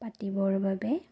পাতিবৰ বাবে